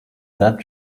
that